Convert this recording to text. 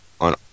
on